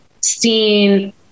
seen